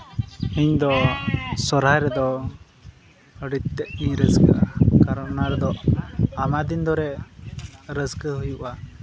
ᱤᱧᱫᱚ ᱥᱚᱦᱚᱨᱟᱭ ᱨᱮᱫᱚ ᱟᱹᱰᱤ ᱛᱮᱫ ᱜᱮᱧ ᱨᱟᱹᱥᱠᱟᱹᱜᱼᱟ ᱠᱟᱨᱚᱱ ᱚᱱᱟ ᱨᱮᱫᱚ ᱟᱭᱢᱟ ᱫᱤᱱ ᱫᱷᱚᱨᱮ ᱨᱟᱹᱥᱠᱟ ᱦᱩᱭᱩᱜᱼᱟ